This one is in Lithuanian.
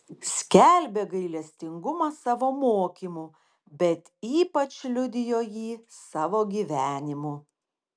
skelbė gailestingumą savo mokymu bet ypač liudijo jį savo gyvenimu